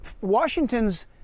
Washington's